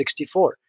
64